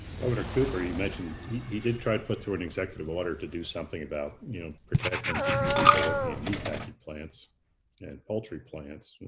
governor cooper, you mentioned he did try to put through an executive order to do something about protecting people working in meatpacking plants and poultry plants.